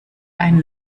ein